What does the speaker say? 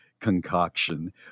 Concoction